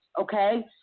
okay